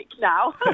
now